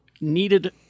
needed